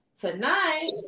Tonight